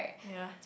ya